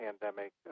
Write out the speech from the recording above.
pandemic